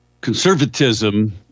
conservatism